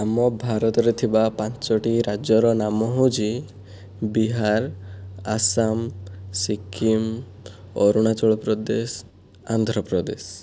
ଆମ ଭାରତରେ ଥିବା ପାଞ୍ଚୋଟି ରାଜ୍ୟର ନାମ ହେଉଛି ବିହାର ଆସାମ ସିକିମ ଅରୁଣାଞ୍ଚଳ ପ୍ରଦେଶ ଆନ୍ଧ୍ରପ୍ରଦେଶ